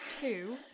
two